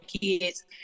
kids